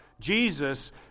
Jesus